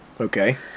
Okay